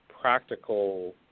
practical